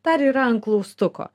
dar yra ant klaustuko